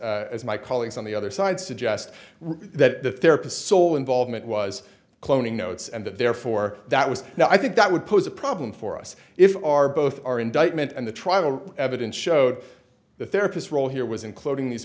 as my colleagues on the other side suggest that the therapist so well involvement was cloning notes and that therefore that was now i think that would pose a problem for us if our both our indictment and the trial evidence showed the therapist role here was including these